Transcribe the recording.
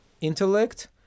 intellect